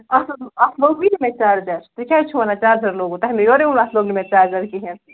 اَتھ حظ اَتھ لوٚگٕے نہٕ مےٚ چارجر تُہۍ کیٛاہ چھُو ونان چارجَر لوٛگوٕ تۄہہِ مےٚ یوٚرٕے ووٚنوٕ مےٚ اَتھ لوٚگ نہٕ مےٚ چارجَر کِہیٖنٛۍ